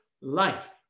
life